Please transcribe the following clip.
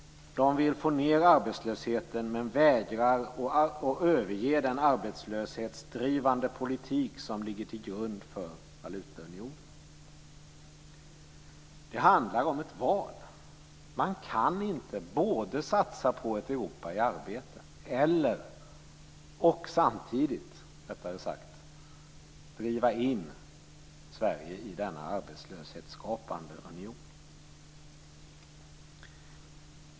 De vill få ned arbetslösheten men vägrar att överge den arbetslöshetsdrivande politik som ligger till grund för valutaunionen. Det handlar om ett val. Man kan inte både satsa på ett Europa i arbete och samtidigt driva in Sverige i denna arbetslöshetsskapande union.